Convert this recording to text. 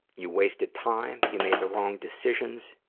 you wasted time, you made the wrong decisions,